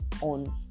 on